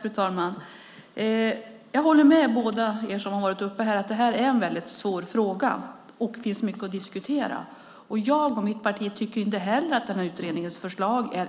Fru talman! Jag håller med er båda som har varit uppe om att det här är en väldigt svår fråga och att det finns mycket att diskutera. Jag och mitt parti tycker inte heller att utredningens förslag är